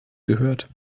gehört